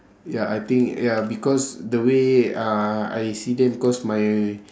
ya I think ya because the way uh I see them because my